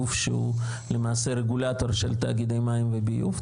גוף שהוא רגולטור של תאגידי מים וביוב.